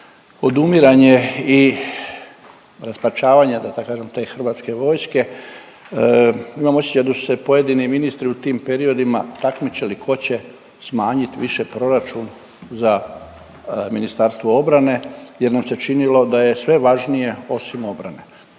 odumiranje i raspačavanje da kažem te Hrvatske vojske. Imam osjećaj da su se pojedini ministri u tim periodima takmičili tko će smanjit više proračun za Ministarstvo obrane jer nam se činilo da je sve važnije osim obrane.